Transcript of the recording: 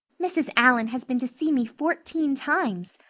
mrs. allan has been to see me fourteen times.